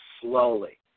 slowly